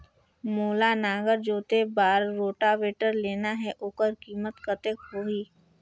मोला नागर जोते बार रोटावेटर लेना हे ओकर कीमत कतेक होही?